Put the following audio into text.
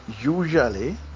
usually